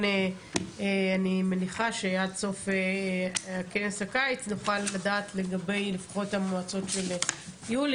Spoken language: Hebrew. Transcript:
אני מניחה שעד סוף כנס הקיץ נוכל לדעת לגבי לפחות המועצות של יולי.